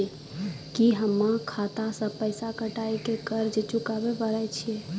की हम्मय खाता से पैसा कटाई के कर्ज चुकाबै पारे छियै?